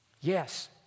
Yes